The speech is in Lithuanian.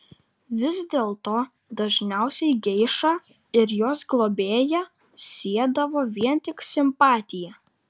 vis dėlto dažniausiai geišą ir jos globėją siedavo vien tik simpatija